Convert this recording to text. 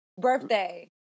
Birthday